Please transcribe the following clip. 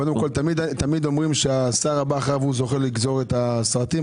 קודם כל תמיד אומרים שהשר הבא אחריו זוכה לגזור את הסרטים,